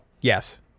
yes